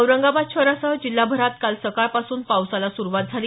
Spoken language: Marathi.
औरंगाबाद शहरासह जिल्हाभरात काल सकाळपासून पावसाला सुरुवात झाली